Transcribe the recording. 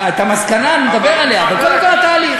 את המסקנה, נדבר עליה, אבל קודם כול התהליך.